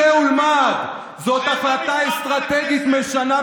צא ולמד, חופשת הלידה של פינטו,